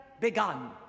begun